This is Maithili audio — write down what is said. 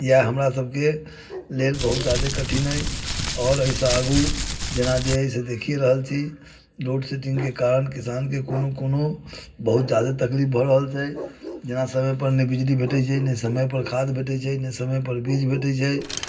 इएह हमरासबके लेल बहुत जादे कठिन अइ आओर एहिसँ आगू जेना जे अछि देखिये रहल छी लोडसेडिङ्गके कारण किसानके कोनो कोनो बहुत जादे तकलीफ भऽ रहल छै जेना समयपर नहि बिजली भेटैत छै ने समयपर खाद भेटैत छै ने समयपर बीज भेटैत छै